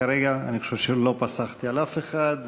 כרגע אני חושב שלא פסחתי על אף אחד,